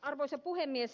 arvoisa puhemies